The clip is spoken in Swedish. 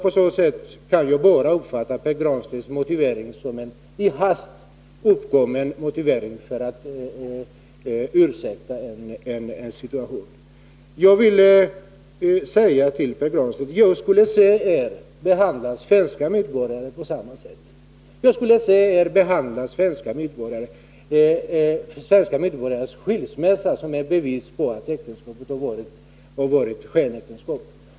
Därför kan jag bara uppfatta Pär Granstedts motivering som en i hast tillkommen motivering för att ursäkta en rådande situation. Jag vill säga till Pär Granstedt: Jag skulle vilja se er behandla svenska medborgare på samma sätt. Jag skulle vilja se er behandla svenska medborgares skilsmässa som ett bevis för att äktenskapet har varit ett skenäktenskap.